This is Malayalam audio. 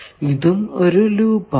ഇതും ഒരു ലൂപ്പ് ആണ്